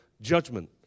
judgment